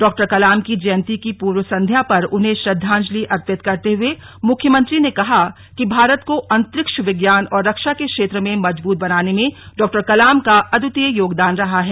डॉकलाम की जयंती की पूर्व संध्या पर उन्हें श्रद्वांजलि अर्पित करते हुए मुख्यमंत्री ने कहा कि भारत को अंतरिक्ष विज्ञान और रक्षा के क्षेत्र में मजबूत बनाने में डॉकलाम का अद्वितीय योगदान रहा है